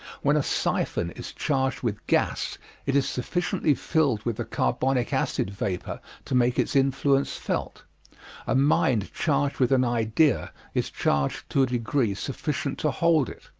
when a siphon is charged with gas it is sufficiently filled with the carbonic acid vapor to make its influence felt a mind charged with an idea is charged to a degree sufficient to hold it.